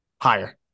Higher